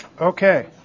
Okay